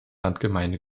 landgemeinde